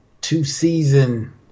two-season